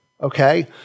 okay